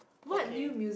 okay